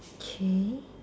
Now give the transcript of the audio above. okay